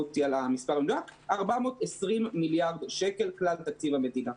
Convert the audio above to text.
אותי על המספר המדויק 420 מיליארד שקל מתוך תקציב המדינה.